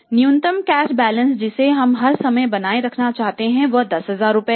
न्यूनतम cash balance जिसे हम हर समय बनाए रखना चाहते वह 10000 रुपए है